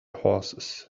horses